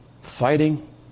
fighting